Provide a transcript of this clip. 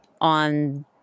on